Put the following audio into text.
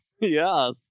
Yes